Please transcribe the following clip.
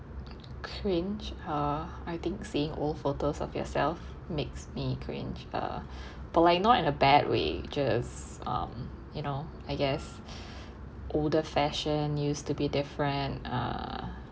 cringe ah I think seeing old photos of yourself makes me cringe uh but way not in a bad way just um you know I guess older fashion used to be different uh